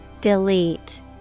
Delete